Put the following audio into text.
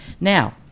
now